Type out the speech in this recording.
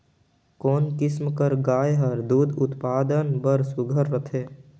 कोन किसम कर गाय हर दूध उत्पादन बर सुघ्घर रथे?